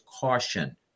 caution